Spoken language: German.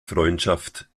freundschaft